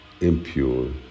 impure